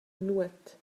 nuot